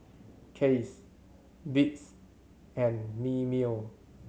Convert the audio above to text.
Kiehl's Beats and Mimeo